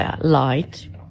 light